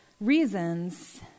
reasons